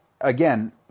again